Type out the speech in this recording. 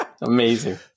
Amazing